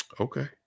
Okay